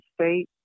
state